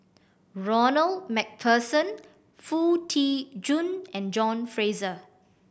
Ronald Macpherson Foo Tee Jun and John Fraser